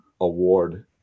award